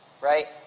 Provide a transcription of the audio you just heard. Right